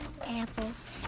apples